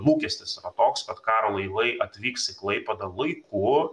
lūkestis toks kad karo laivai atvyks į klaipėdą laiku